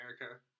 America